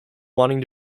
wanting